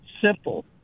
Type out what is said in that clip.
simple